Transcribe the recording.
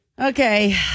Okay